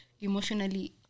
emotionally